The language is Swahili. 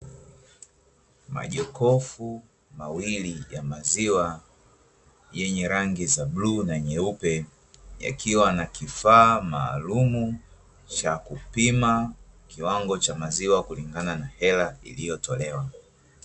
Majokofu mawili ya maziwa yenye rangi za bluu na nyeupe yakiwa na kifaa maalumu cha kupima kiwango cha maziwa kulingana na hela iliyotolewa.